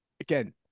again